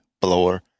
blower